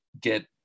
get